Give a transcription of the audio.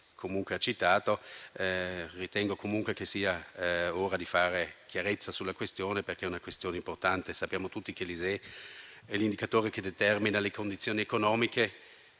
da lei citata. Ritengo comunque che sia ora di fare chiarezza sulla questione. Si tratta infatti di una questione importante. Sappiamo tutti che l'ISEE è l'indicatore che determina le condizioni economiche